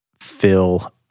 fill